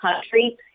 country